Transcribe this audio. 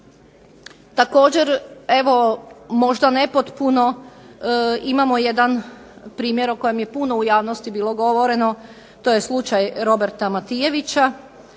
Također evo možda nepotpuno imamo jedan primjer o kojem je puno u javnosti bilo govoreno, to je slučaj Roberta Matijevića